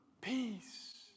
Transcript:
Peace